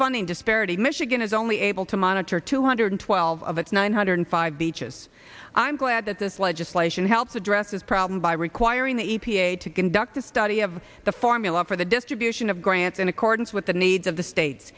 funding disparity michigan is only able to monitor two hundred twelve of its nine hundred five beaches i'm glad that this legislation helps address this problem by requiring the e p a to conduct a study of the formula for the distribution of grants in accordance with the needs of the states